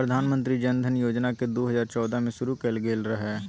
प्रधानमंत्री जनधन योजना केँ दु हजार चौदह मे शुरु कएल गेल रहय